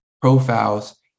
profiles